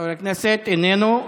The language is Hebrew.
חבר הכנסת, איננו.